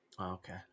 Okay